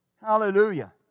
Hallelujah